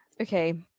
okay